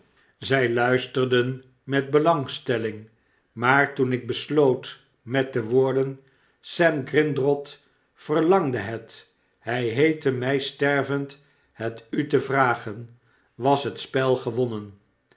zij luisterden met belangstelling maar toen ik besloot met de woorden sem grindrod verlangde het hij heette my stervend het u te vragen was het spel gewonnen